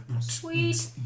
Sweet